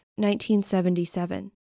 1977